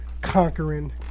conquering